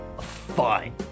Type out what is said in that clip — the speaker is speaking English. Fine